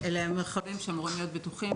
אלה מרחבים שאמורים להיות בטוחים,